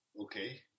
Okay